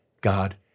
God